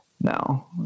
no